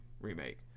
Remake